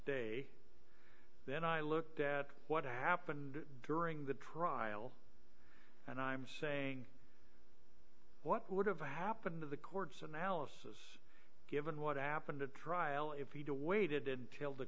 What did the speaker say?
day then i looked at what happened during the trial and i'm saying what would have happened to the court's analysis given what happened to trial if he to waited until the